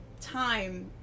time